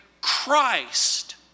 Christ